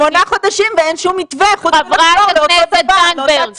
שמונה חודשים ואין שום מתווה חוץ מלחזור לאותו דבר באותה צורה.